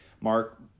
mark